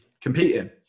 competing